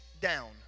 down